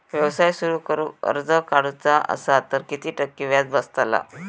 व्यवसाय सुरु करूक कर्ज काढूचा असा तर किती टक्के व्याज बसतला?